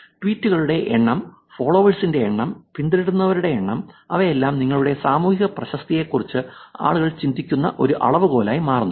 ട്വീറ്റുകളുടെ എണ്ണം ഫോളോവേഴ്സിന്റെ എണ്ണം പിന്തുടരുന്നവരുടെ എണ്ണം അവയെല്ലാം നിങ്ങളുടെ സാമൂഹിക പ്രശസ്തിയെക്കുറിച്ച് ആളുകൾ ചിന്തിക്കുന്ന ഒരു അളവുകോലായി മാറുന്നു